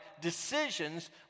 decisions